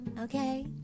Okay